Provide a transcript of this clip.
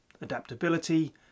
Adaptability